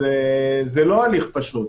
זה לא הליך פשוט,